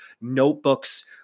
notebooks